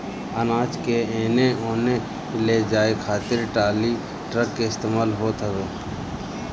अनाज के एने ओने ले जाए खातिर टाली, ट्रक के इस्तेमाल होत हवे